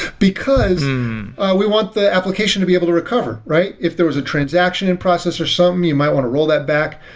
because we want the application to be able to recover, right? if there was transaction in process or something, so um you might want to roll that back.